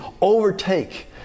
overtake